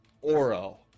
Oro